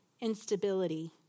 instability